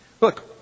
Look